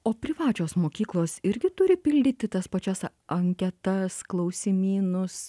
o privačios mokyklos irgi turi pildyti tas pačias anketas klausimynus